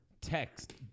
Text